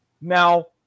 Now